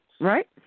Right